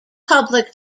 public